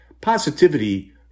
Positivity